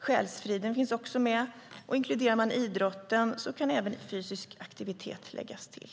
Själsfriden finns också med, och inkluderar man idrotten så kan även fysisk aktivitet läggas till.